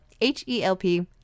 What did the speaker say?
H-E-L-P